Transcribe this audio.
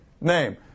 name